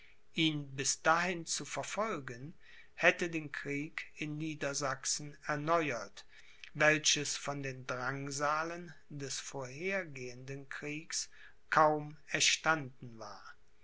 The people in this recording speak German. ihn bis dahin zu verfolgen hätte den krieg in niedersachsen erneuert welches von den drangsalen des vorhergehenden kriegs kaum erstanden war